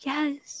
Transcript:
Yes